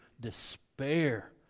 despair